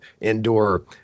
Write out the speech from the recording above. indoor